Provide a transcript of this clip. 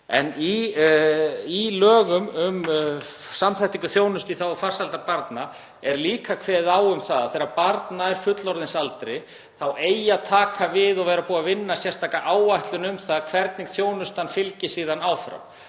Í lögum um samþættingu þjónustu í þágu farsældar barna er líka kveðið á um það að þegar barn nær fullorðinsaldri þá eigi að taka við og vera búið að vinna sérstaka áætlun um það hvernig þjónustan fylgi síðan áfram.